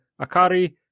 Akari